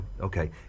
okay